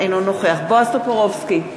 אינו נוכח בועז טופורובסקי,